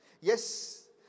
yes